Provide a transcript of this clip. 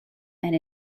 and